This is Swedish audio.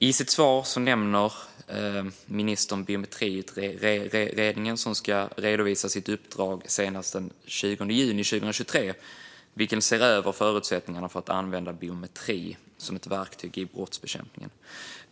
I sitt svar nämner ministern Biometriutredningen, som ska redovisa sitt uppdrag senast den 20 juni 2023. Utredningen ser över förutsättningarna för att använda biometri som ett verktyg i brottsbekämpningen.